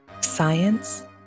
science